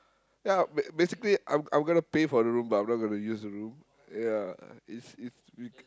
ya ba~ basically I'm I'm gonna pay for the room but I'm not gonna use the room yeah it's it's